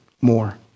more